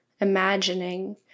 imagining